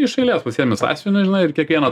iš eilės pasiemi sąsiuvinį žinai ir kiekvieną